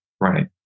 Right